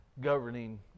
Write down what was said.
governing